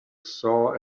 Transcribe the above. saw